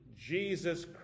jesus